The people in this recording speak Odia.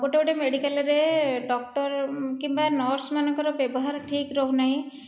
ଗୋଟିଏ ଗୋଟିଏ ମେଡିକାଲରେ ଡକ୍ଟର କିମ୍ବା ନର୍ସମାନଙ୍କର ବ୍ୟବହାର ଠିକ୍ ରହୁନାହିଁ